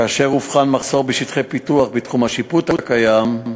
כאשר אובחן מחסור בשטחי פיתוח בתחום השיפוט הקיים,